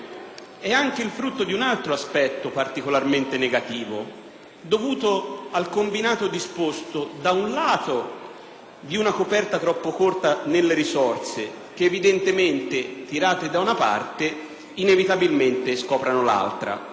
è anche il frutto di un altro aspetto particolarmente negativo, dovuto al combinato disposto, da un lato, di una coperta troppo corta nelle risorse, che tirate da una parte, inevitabilmente scoprono l'altra.